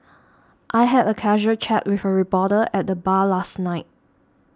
I had a casual chat with a reporter at the bar last night